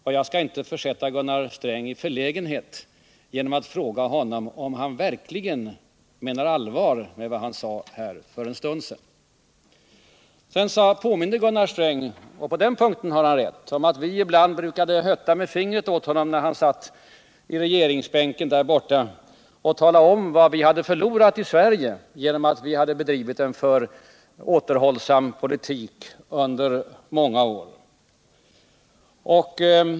Jag skall därför inte försätta Gunnar Sträng i förlägenhet genom att fråga honom, om han verkligen menar allvar med vad han sade strax före middagspausen. Sedan påminde Gunnar Sträng om — och på den punkten har han rätt — att vi ibland brukade hytta med fingret åt honom när han satt i regeringsbänken här i kammaren och talade om vad vi hade förlorat här i Sverige, därför att vi hade bedrivit en för återhållsam politik under många år.